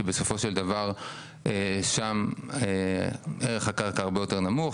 כי בסופו של דבר שם ערך הקרקע הרבה יותר נמוך,